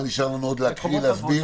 מה נשאר לנו עוד להקריא ולהסביר?